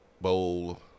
Bowl